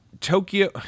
Tokyo